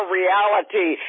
reality